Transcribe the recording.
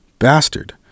Bastard